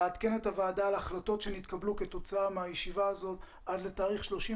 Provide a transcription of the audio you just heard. לעדכן את הוועדה על החלטות שנתקבלו כתוצאה מהישיבה הזאת עד לתאריך 31